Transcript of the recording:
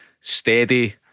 steady